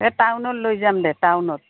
এই টাউনত লৈ যাম দে টাউনত